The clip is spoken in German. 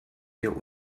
hier